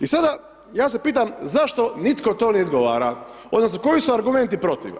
I sada, ja se pitam, zašto nitko to ne izgovara odnosno koji su argumenti protiv.